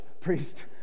priest